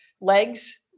legs